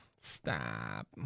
Stop